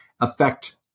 affect